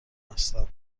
هستم